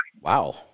Wow